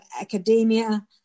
academia